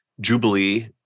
Jubilee